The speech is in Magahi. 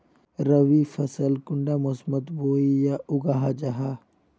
रवि फसल कुंडा मोसमोत बोई या उगाहा जाहा?